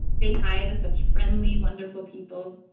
say hi to such friendly wonderful people,